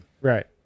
Right